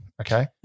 okay